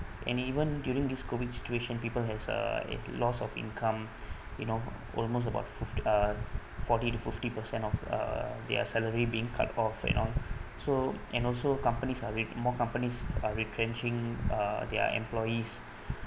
and even during this COVID situation people has uh loss of income you know almost about fif~ uh forty to fifty percent of uh their salary being cut off you know so and also companies are re~ more companies are retrenching uh their employees